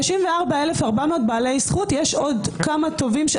34,400 בעלי זכות, יש עוד כמה טובים.